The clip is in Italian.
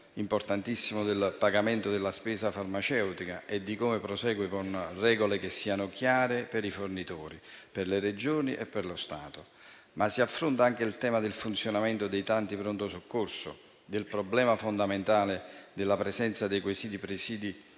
importantissimo della spesa farmaceutica e di come procedere con regole che siano chiare per i fornitori, per le Regioni e per lo Stato. Si affronta, però, anche il tema del funzionamento dei pronto soccorso, il problema fondamentale della presenza di questi presidi